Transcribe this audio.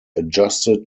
adjusted